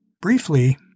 Briefly